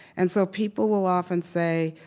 and so people will often say,